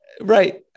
Right